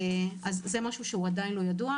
זה משהו שהוא עדיין לא ידוע,